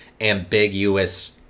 ambiguous